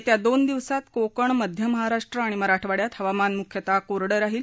येत्या दोन दिवसात कोकण मध्य महाराष्ट्र आणि मराठवाड़यात हवामान मुख्यतः कोरडं राहील